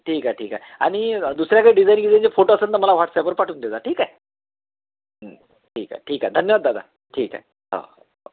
ठीक आहे ठीक आहे आणि दुसऱ्या काही डिझाईन गिजाईचे फोटो असेल तर मला व्हॉट्सॅपवर पाठवून देऊया ठीक आहे ठीक आहे ठीक आहे धन्यवाद दादा ठीक आहे हो हो हो